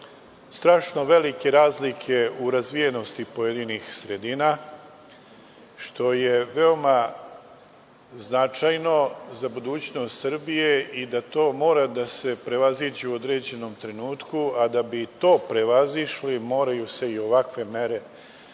strašno velike razlike u razvijenosti pojedinih sredina, što je veoma značajno za budućnost Srbije i da to mora da se prevaziđe u određenom trenutku, a da bi to prevazišli moraju se i ovakve mere učiniti